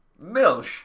Milsh